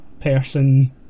person